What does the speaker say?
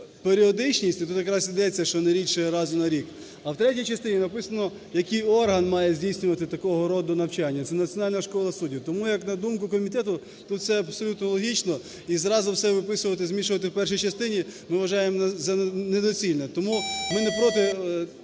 періодичність, і тут якраз йдеться, що не рідше разу на рік, а в третій частині написано, який орган має здійснювати такого роду навчання, це Національна школа судді. Тому, як на думку комітету, тут все абсолютно логічно і зразу все виписувати, змішувати в першій частині ми вважаємо за недоцільне. Тому ми не проти